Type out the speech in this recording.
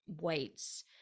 weights